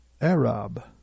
Arab